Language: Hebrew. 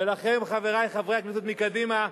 ולכם, חברי חברי הכנסת מקדימה,